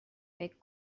فکر